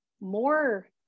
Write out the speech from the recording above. more